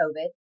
COVID